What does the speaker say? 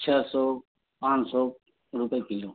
छः सौ पाँच सौ रुपये किलो